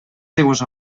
seues